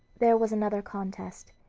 there was another contest,